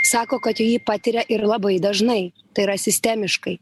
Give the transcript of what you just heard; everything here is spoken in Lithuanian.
sako kad jį patiria ir labai dažnai tai yra sistemiškai